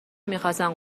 میخاستن